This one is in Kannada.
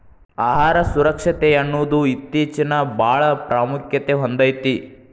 ಆಹಾರ ಸುರಕ್ಷತೆಯನ್ನುದು ಇತ್ತೇಚಿನಬಾಳ ಪ್ರಾಮುಖ್ಯತೆ ಹೊಂದೈತಿ